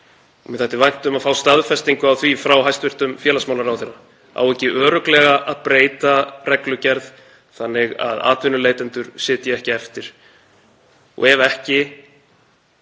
Mér þætti vænt um að fá staðfestingu á því frá hæstv. félags- og vinnumarkaðsráðherra: Á ekki örugglega að breyta reglugerð þannig að atvinnuleitendur sitji ekki eftir? Og ef ekki,